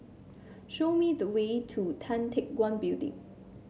show me the way to Tan Teck Guan Building